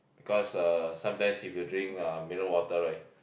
cause uh sometimes if you drink uh mineral water right